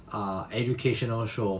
ah educational show